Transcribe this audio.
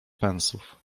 pensów